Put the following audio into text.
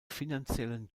finanziellen